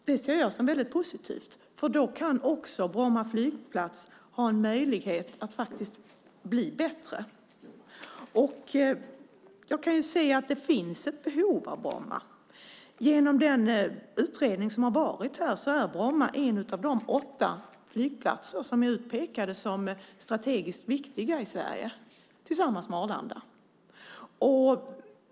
Det ser jag som väldigt positivt, för då har också Bromma flygplats en möjlighet att bli bättre. Jag kan se att det finns ett behov av Bromma. I den utredning som har gjorts är Bromma en av de åtta flygplatser som är utpekade som strategiskt viktiga i Sverige tillsammans med Arlanda.